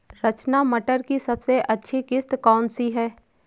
रचना मटर की सबसे अच्छी किश्त कौन सी है?